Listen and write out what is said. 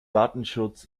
datenschutz